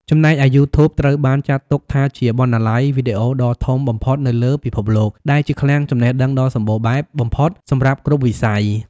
ចំណែកឯយូធូប ត្រូវបានចាត់ទុកថាជាបណ្ណាល័យវីដេអូដ៏ធំបំផុតនៅលើពិភពលោក ដែលជាឃ្លាំងចំណេះដឹងដ៏សម្បូរបែបបំផុតសម្រាប់គ្រប់វិស័យ។